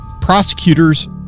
prosecutors